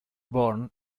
born